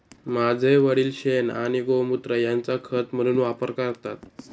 माझे वडील शेण आणि गोमुत्र यांचा खत म्हणून वापर करतात